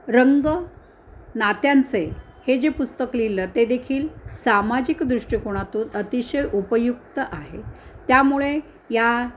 रंग नात्यांचे हे जे पुस्तक लिहिलं ते देखील सामाजिक दृष्टिकोणातून अतिशय उपयुक्त आहे त्यामुळे या